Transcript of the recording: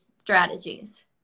strategies